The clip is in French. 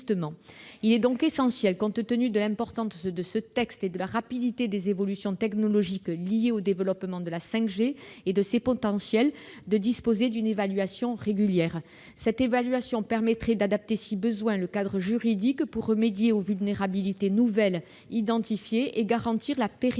Il est donc essentiel, compte tenu de l'importance de ce texte et de la rapidité des évolutions technologiques liées au développement de la 5G et à ses potentiels, de pouvoir disposer d'une évaluation régulière. Celle-ci permettrait, si besoin, d'adapter le cadre juridique pour remédier aux vulnérabilités nouvelles identifiées et garantir la pérennité